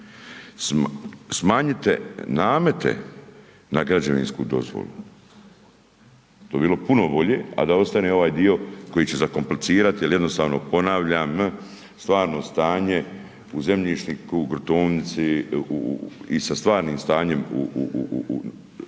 Smanjite namete na građevinsku dozvolu, to bi bilo puno bolje a da ostane ovaj dio koji će zakomplicirati jer jednostavno ponavljam stvarno stanje u zemljišnoj gruntovnici i sa stvarnim stanjem u stvarnosti